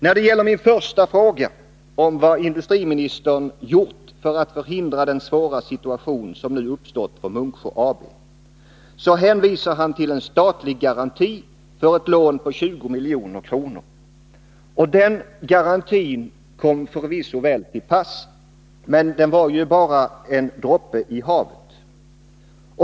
När det gäller min första fråga, om vad industriministern gjort för att förhindra den svåra situation som nu uppstått för Munksjö AB, så hänvisar han till en statlig garanti för ett lån på 20 milj.kr. Och den garantin kom förvisso väl till pass, men den var ju bara en droppe i havet.